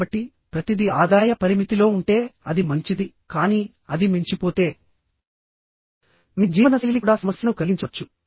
కాబట్టి ప్రతిదీ ఆదాయ పరిమితిలో ఉంటే అది మంచిది కానీ అది మించిపోతేమీ జీవనశైలి కూడా సమస్యను కలిగించవచ్చు